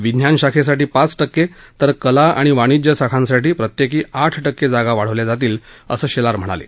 विज्ञान शाखेसाठी पाच टक्के तर कला आणि वाणिज्य शाखांसाठी प्रत्येकी आठ टक्के जागा वाढवल्या जातील असं शेलार म्हणाले